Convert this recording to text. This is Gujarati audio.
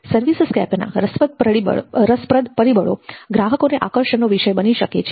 સર્વિસસ્કેપના રસપ્રદ પરિબળો ગ્રાહકોને આકર્ષણનો વિષય બની શકે છે